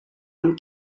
amb